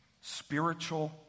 spiritual